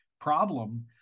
problem